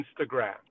Instagram